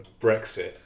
Brexit